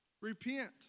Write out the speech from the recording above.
Repent